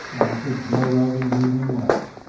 i'm sure joe rogan knew him well.